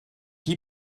die